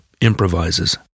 improvises